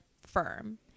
firm